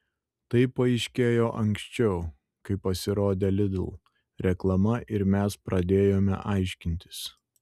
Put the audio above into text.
tai paaiškėjo anksčiau kai pasirodė lidl reklama ir mes pradėjome aiškintis